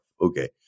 Okay